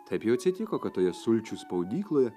taip jau atsitiko kad toje sulčių spaudykloje